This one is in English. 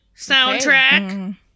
soundtrack